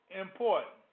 important